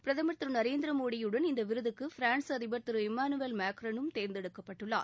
பிரதமர் திரு நரேந்திர மோடியுடன் இந்த விருதுக்கு பிரான்ஸ் அதிபர் திரு இம்மானுவேல் மேக்கரனும் தேர்ந்தெடுக்கப்பட்டுள்ளார்